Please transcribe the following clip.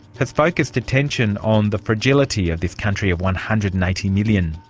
has focused attention on the fragility of this country of one hundred and eighty million.